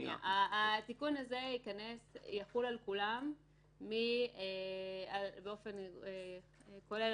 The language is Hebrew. התיקון הזה יחול על כולם באופן כולל,